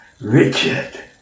Richard